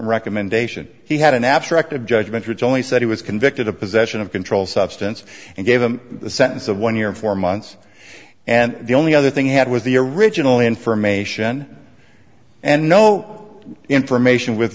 recommendation he had an abstract of judgment which only said he was convicted of possession of controlled substance and gave him the sentence of one year four months and the only other thing he had was the original information and no information with